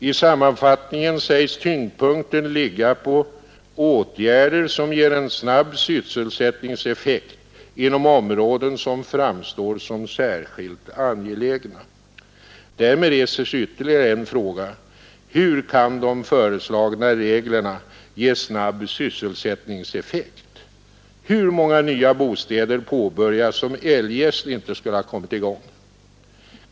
I sammanfattningen sägs tyngdpunkten ligga på åtgärder som ger en snabb sysselsättningseffekt inom områden som framstår som särskilt angelägna. Därmed reser sig ytterligare en fråga: Hur kan de föreslagna reglerna ge snabb sysselsättningseffekt? Hur många nya bostäder påbörjas som eljest inte skulle ha kommit i gång?